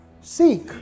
Seek